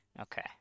Okay